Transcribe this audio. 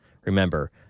Remember